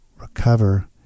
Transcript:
recover